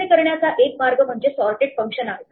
असे करण्याचा एक मार्ग म्हणजे सॉर्टिड फंक्शन आहे